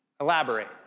Elaborate